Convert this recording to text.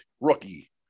rookie